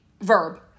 verb